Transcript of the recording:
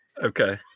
Okay